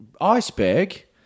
iceberg